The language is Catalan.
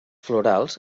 florals